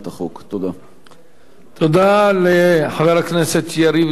תודה לחבר הכנסת יריב לוין, יושב-ראש ועדת הכנסת.